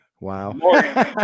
Wow